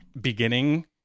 beginning